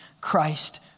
Christ